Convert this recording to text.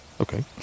Okay